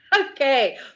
okay